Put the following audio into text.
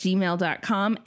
Gmail.com